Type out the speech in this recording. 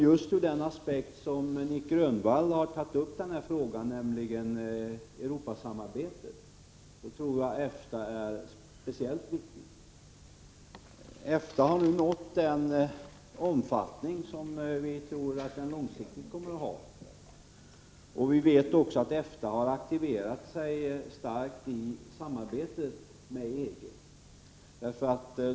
Just ur den aspekt som Nic Grönvall har tagit upp den här frågan, nämligen Europasamarbetet, tror jag att EFTA är speciellt viktig. EFTA har nu nått den omfattning som vi tror att den långsiktigt kommer att ha. Vi vet också att man inom EFTA har varit mycket aktiv när det gäller samarbetet med EG.